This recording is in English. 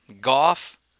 Goff